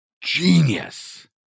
genius